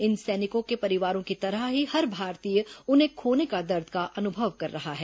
इन सैनिकों के परिवारों की तरह ही हर भारतीय उन्हें खोने का दर्द का अनुभव कर रहा है